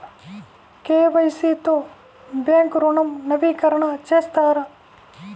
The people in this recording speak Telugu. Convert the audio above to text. కే.వై.సి తో బ్యాంక్ ఋణం నవీకరణ చేస్తారా?